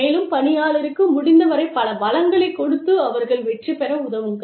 மேலும் பணியாளருக்கு முடிந்தவரைப் பல வளங்களை கொடுத்து அவர்கள் வெற்றிபெற உதவுங்கள்